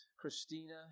Christina